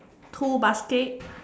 two baskets